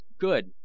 Good